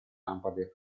lampade